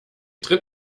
tritt